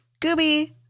Gooby